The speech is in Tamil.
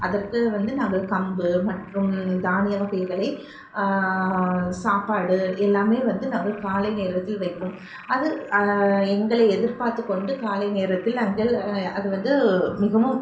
அதற்கு வந்து நாங்கள் கம்பு மற்றும் தானிய வகைகளை சாப்பாடு எல்லாமே வந்து நாங்கள் காலை நேரத்தில் வைப்போம் அது எங்களை எதிர்பாத்துக் கொண்டு காலை நேரத்தில் அங்கள் அது வந்து மிகவும்